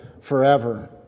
forever